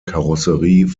karosserie